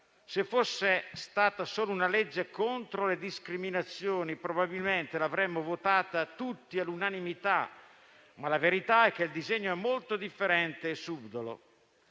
Se fosse stato solo un disegno di legge contro le discriminazioni, probabilmente l'avremmo votato tutti all'unanimità, ma la verità è che il disegno è molto differente e subdolo.